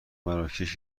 مراکش